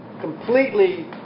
completely